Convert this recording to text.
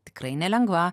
tikrai nelengva